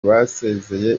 basezeye